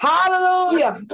Hallelujah